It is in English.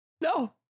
No